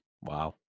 Wow